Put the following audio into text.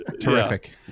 Terrific